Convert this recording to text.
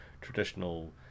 traditional